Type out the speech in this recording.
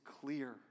clear